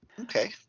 Okay